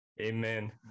Amen